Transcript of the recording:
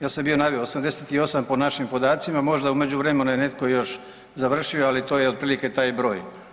Ja sam bio naveo 88 po našim podacima, možda u međuvremenu je netko još završio ali to je otprilike taj broj.